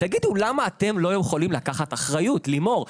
תגידו למה אתם לא יכולים לקחת אחריות, לימור?